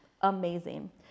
amazing